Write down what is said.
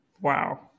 Wow